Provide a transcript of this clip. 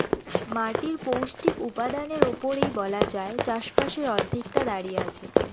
মাটির পৌষ্টিক উপাদানের উপরেই বলা যায় চাষবাসের অর্ধেকটা দাঁড়িয়ে আছে